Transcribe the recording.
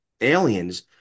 aliens